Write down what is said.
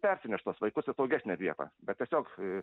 persineš tuos vaikus ir saugesnę vietą bet tiesiog